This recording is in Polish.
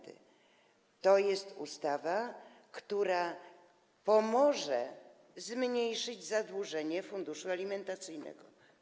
To jest ustawa, która pomoże zmniejszyć zadłużenie funduszu alimentacyjnego.